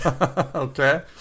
Okay